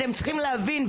אתם צריכים להבין.